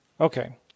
Okay